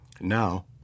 Now